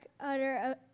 utter